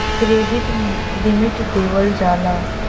credit limit देवल जाला